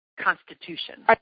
Constitution